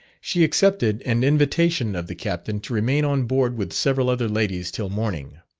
she accepted an invitation of the captain to remain on board with several other ladies till morning.